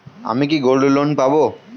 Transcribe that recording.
আমি কি gold loan পাবো?